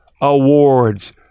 Awards